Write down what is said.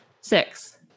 Six